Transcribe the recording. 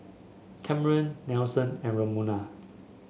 Cameron Nelson and Ramona